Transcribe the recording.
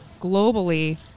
globally